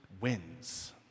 wins